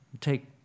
take